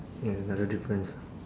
ya another difference